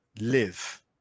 live